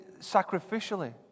sacrificially